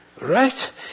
Right